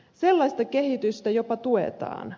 sellaista kehitystä jopa tuetaan